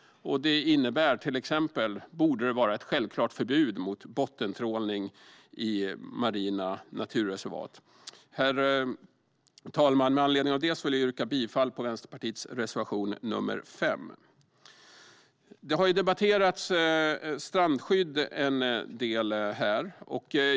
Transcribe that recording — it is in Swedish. Det innebär till exempel att det borde vara självklart med ett förbud mot bottentrålning i marina naturreservat. Herr talman! Med anledning av detta vill jag yrka bifall till Vänsterpartiet reservation 5. Strandskyddet har debatterats en del här.